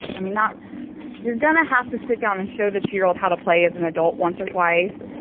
i mean, not you're gonna have to sit down and show the two year old how to play as an adult once or twice.